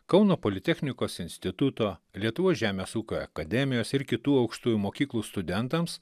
kauno politechnikos instituto lietuvos žemės ūkio akademijos ir kitų aukštųjų mokyklų studentams